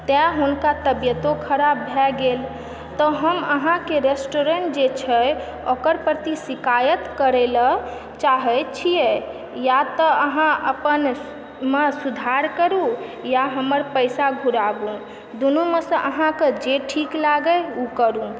तैं हुनका तबियतो खराब भए गेल तऽ हम अहाँके रेस्टोरेन्ट जे छै ओकर प्रति शिकायत करै लए चाहै छियै या तऽ अहाँ अपन मे सुधार करू या हमर पैसा घुराबू दुनू मे सँ आहाँके जे ठीक लागै ओ करू